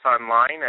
online